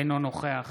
אינו נוכח